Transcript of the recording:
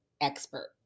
expert